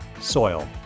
soil